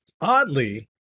oddly